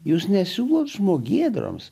jūs nesiūlote žmogėdroms